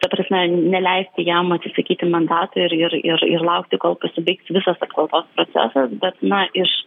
ta prasme neleisti jam atsisakyti mandato ir ir ir ir kol pasibaigs visas apkaltos procesas bet na iš